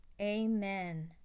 Amen